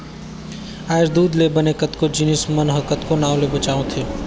आयज दूद ले बने कतको जिनिस मन ह कतको नांव ले बेंचावत हे